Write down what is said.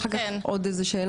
כן.